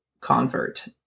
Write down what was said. convert